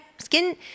skin